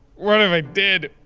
what if i did?